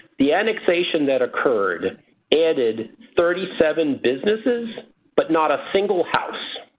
the annexation that occurred added thirty seven businesses but not a single house.